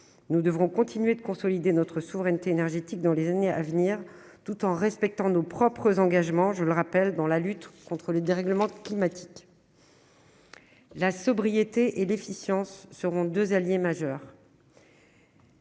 Nous devrons continuer de consolider notre souveraineté énergétique dans les années à venir, tout en respectant nos engagements dans la lutte contre le dérèglement climatique. La sobriété et l'efficience seront deux alliés majeurs